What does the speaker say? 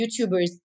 YouTubers